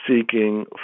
seeking